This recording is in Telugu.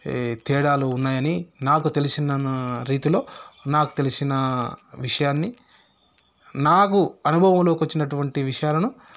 తేడాలు ఉన్నాయని నాకు తెలిసిన నా రీతిలో నాకు తెలిసిన విషయాన్ని నాకు అనుభవంలోకి వచ్చినటువంటి విషయాలను